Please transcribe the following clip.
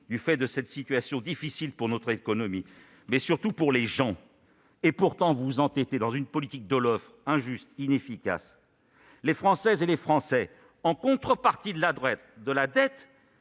du fait de cette situation difficile pour notre économie, mais surtout pour les gens. Pourtant, vous vous entêtez dans une politique de l'offre injuste et inefficace. Les Françaises et les Français, en contrepartie de la dette,